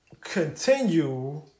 Continue